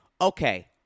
okay